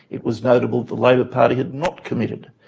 it was notable the labor party had not committed.